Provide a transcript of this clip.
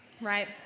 right